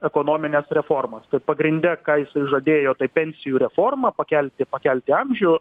ekonomines reformas pagrinde ką jisai žadėjo tai pensijų reformą pakelti pakelti amžių